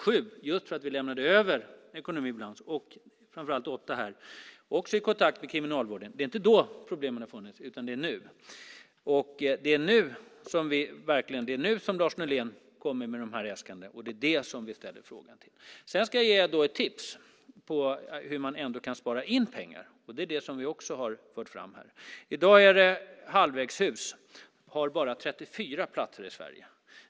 Just för att vi lämnade över en ekonomi i balans i kontakt med Kriminalvården fanns inte problemen under 2007, och framför allt inte hittills under 2008, utan det är nu de finns. Det är också nu som Lars Nylén kommer med de här äskandena, och det är det som vi ställer frågan om. Jag ska ge ett tips på hur man ändå kan spara in pengar. Det är det som vi också har fört fram här. I dag finns det bara 34 platser i Sverige i halvvägshus.